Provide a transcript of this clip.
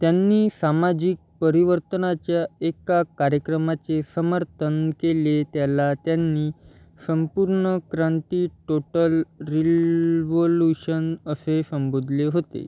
त्यांनी सामाजिक परिवर्तनाच्या एका कार्यक्रमाचे समर्थन केले त्याला त्यांनी संपूर्ण क्रांती टोटल रील्वोलुशन असे संबोधले होते